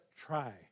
try